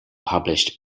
published